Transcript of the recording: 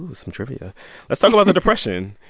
some trivia let's talk about the depression,